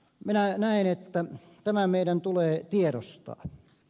minä näen että tämä meidän tulee tiedostaa